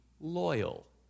loyal